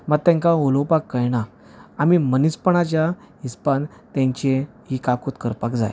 मात तेंकां उलोवपाक कळना आमी मनीसपणाच्या हिसपान तेंचे इ काकुट करपाक जाय